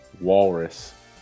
Walrus